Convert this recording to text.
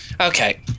Okay